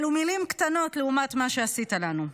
אלו מילים קטנות לעומת מה שעשית לנו.